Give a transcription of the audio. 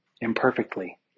imperfectly